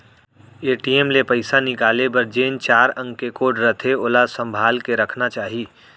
ATM ले पइसा निकाले बर जेन चार अंक के कोड रथे ओला संभाल के रखना चाही